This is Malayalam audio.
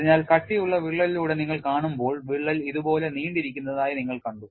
അതിനാൽ കട്ടിയുള്ള വിള്ളലിലൂടെ നിങ്ങൾ കാണുമ്പോൾ വിള്ളൽ ഇതുപോലെ നീണ്ടിരിക്കുന്നതായി നിങ്ങൾ കണ്ടു